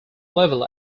level